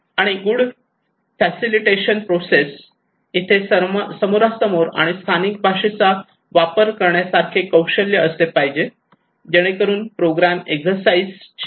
आणि good facilitation process येथे समोरासमोर आणि स्थानिक भाषेचा वापर करण्यासारखे कौशल्य असले पाहिजे जेणेकरून प्रोग्राम एक्सरसाइज ची व्याप्ती वाढू नये